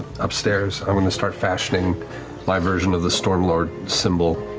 upstairs, i want to start fashioning my version of the stormlord symbol